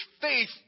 faith